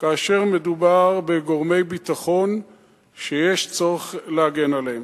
כאשר מדובר בגורמי ביטחון שיש צורך להגן עליהם.